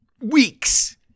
weeks